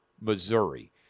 Missouri